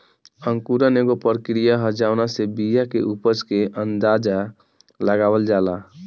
अंकुरण एगो प्रक्रिया ह जावना से बिया के उपज के अंदाज़ा लगावल जाला